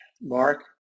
Mark